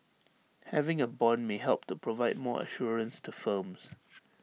having A Bond may help to provide more assurance to firms